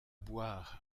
boire